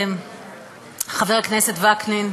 חבר הכנסת וקנין,